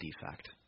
defect